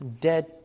dead